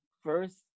first